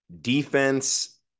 Defense